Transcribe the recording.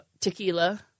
tequila